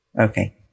okay